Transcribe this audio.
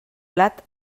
blat